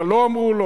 מה לא אמרו לו.